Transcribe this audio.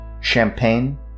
Champagne